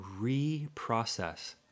reprocess